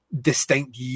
distinct